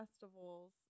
festivals